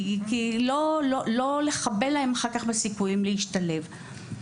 לא לחבל בסיכויים שלהם להשתלב אחר כך.